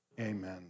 amen